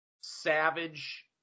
Savage